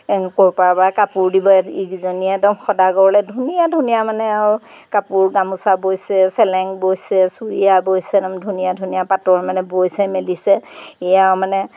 এনেই ক'ৰ পৰা বা কাপোৰ দিব ইকেইজনীয়ে একদম সদাগৰলৈ ধুনীয়া ধুনীয়া মানে আৰু কাপোৰ গামোচা বৈছে চেলেং বৈছে চুৰিয়া বৈছে একদম ধুনীয়া ধুনীয়া পাটৰ মানে বৈছে মেলিছে এই আৰু মানে